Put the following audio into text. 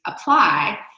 apply